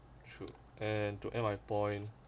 tru~ and to end my point